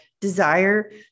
desire